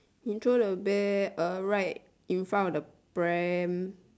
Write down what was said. he throw the bear uh right in front of the pram